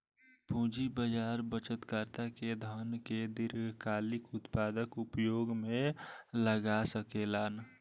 पूंजी बाजार बचतकर्ता के धन के दीर्घकालिक उत्पादक उपयोग में लगा सकेलन